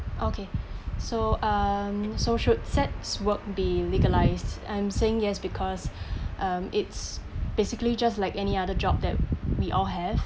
okay so um so should sex work be legalised I'm saying yes because um it's basically just like any other job that we all have